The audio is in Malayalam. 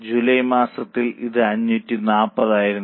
ജൂലൈ മാസത്തിൽ ഇത് 540 ആയിരുന്നു